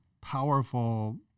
powerful